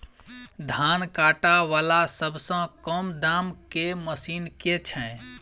धान काटा वला सबसँ कम दाम केँ मशीन केँ छैय?